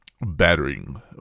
battering